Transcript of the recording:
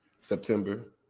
September